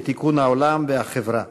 לתיקון העולם והחברה.